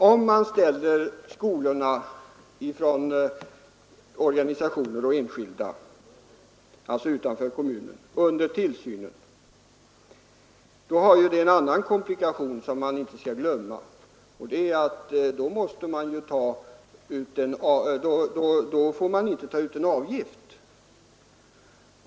Om man vidare ställer organisationsskolor och enskilda skolor, som icke drivs av kommunerna, under samhällelig tillsyn, medför det en annan komplikation som man inte skall glömma, nämligen att dessa skolor då inte får ta ut någon avgift.